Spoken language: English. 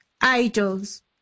idols